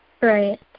Right